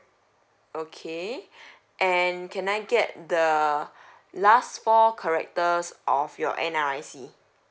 okay and can I get the last four characters of your N_R_I_C